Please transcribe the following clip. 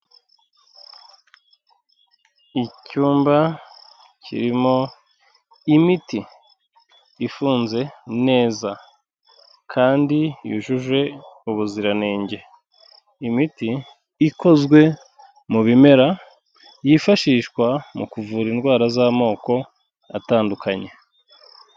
Icyumba kirimo imiti ifunze neza kandi yujuje ubuziranenge. Imiti ikozwe mu bimera yifashishwa mu kuvura indwara z'amoko atandukanye.